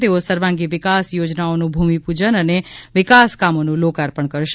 તેઓ સર્વાંગી વિકાસ યોજનાઓનું ભૂમિપૂજન અને વિકાસકામોનું લોકાર્પણ કરશે